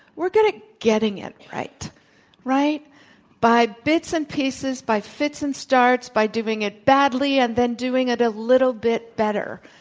we're good at getting it right right by bits and pieces, by fits and starts, by doing it badly and then doing it a little bit better.